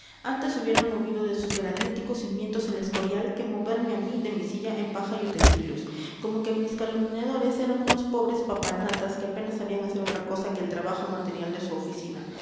antes hubieran movido de sus graníticos cimientos el escorial que moverme a mí de mi silla en paja y utensilios como que mis calumniadores eran unos pobres papanatas que a penas sabían hacer otra cosa que el trabajo material de su oficina